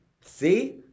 See